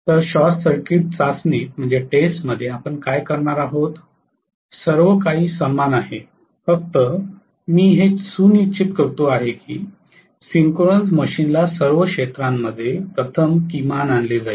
तर short circuit चाचणीत आपण काय करणार आहोत सर्व काही समान आहे फक्त मी हे सुनिश्चित करतो की सिंक्रोनस मशीनला सर्व क्षेत्रामध्ये प्रथम किमान आणले जाईल